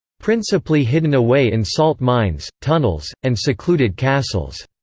principally hidden away in salt mines, tunnels, and secluded castles,